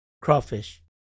Crawfish